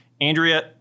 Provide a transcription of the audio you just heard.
Andrea